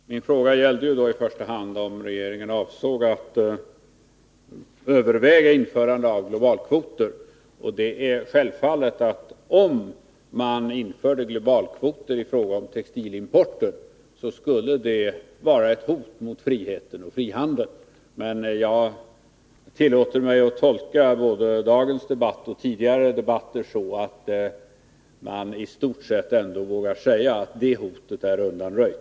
Herr talman! Min fråga gällde ju i första hand om regeringen avsåg att överväga införande av globalkvoter. Om man införde globalkvoter i fråga om textilimporten, så skulle det självfallet vara ett hot mot friheten och frihandeln. Men jag tillåter mig att tolka både dagens debatt och tidigare debatter så, att man i stort sett ändå vågar säga att det hotet är undanröjt.